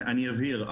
אני אבהיר.